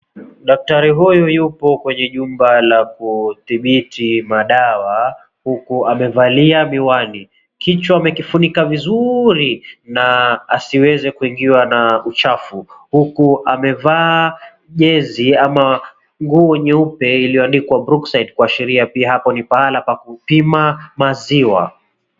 Daktari huyu yupo kwenye jumba la kuthibiti madawa huku amevalia miwani. Kichwa amekifunika vizuri na asiweze kuingiwa na uchafu huku amevaa jezi ama nguo nyeupe iliyoandikwa "BROOKSIDE" kuashiria pia hapo ni pahala pa kupima maziwa.